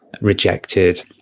rejected